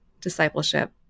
discipleship